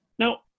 Now